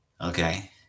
Okay